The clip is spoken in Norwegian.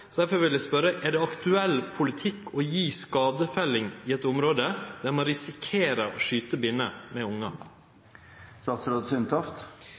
vil eg spørje: Er det aktuell politikk å gje skadefelling i eit område der ein risikerer å skyte binner med